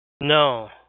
No